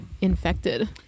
infected